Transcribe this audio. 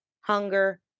hunger